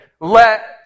let